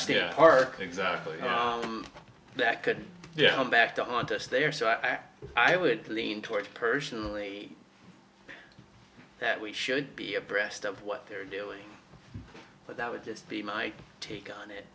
there are exactly that could yeah back to haunt us there so i i would lean towards personally that we should be abreast of what they're doing but that would just be my take on it